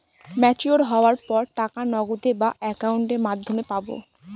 Mature হওয়ার পর টাকা নগদে না অ্যাকাউন্টের মাধ্যমে পাবো?